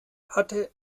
hatte